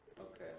Okay